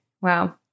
Wow